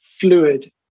fluid